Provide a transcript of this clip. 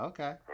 Okay